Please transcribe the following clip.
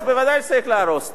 אז בוודאי שצריך להרוס אותו.